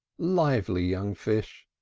lively young fish!